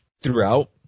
throughout